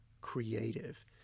creative